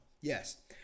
Yes